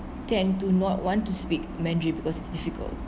tend to not want to speak mandarin because it's difficult